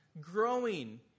growing